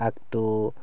আগটো